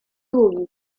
długi